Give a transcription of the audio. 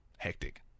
Hectic